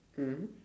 mm